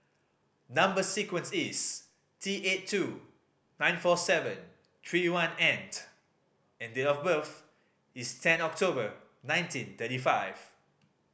number sequence is T eight two nine four seven three one and and date of birth is ten October nineteen thirty five